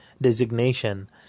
designation